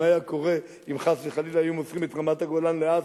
מה היה קורה אם חס וחלילה היו מוסרים את רמת-הגולן לאסד?